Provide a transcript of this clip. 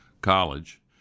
college